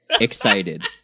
excited